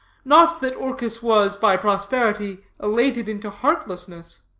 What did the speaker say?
not that orchis was, by prosperity, elated into heartlessness.